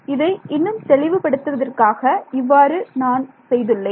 இதை இன்னும் தெளிவுபடுத்துவதற்காக இவ்வாறு நான் செய்துள்ளேன்